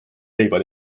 leiba